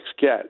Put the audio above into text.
get